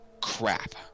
crap